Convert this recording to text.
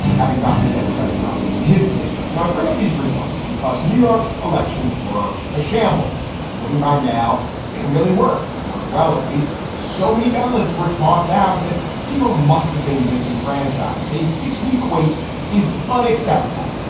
having gotten the democratic nominee in his district now, i bring up these results because new york's elections were a shambles. voting by mail didn't really work, didn't work well. at least so many ballots were tossed out that people must have been disenfranchised. a six week wait is unacceptable.